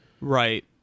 Right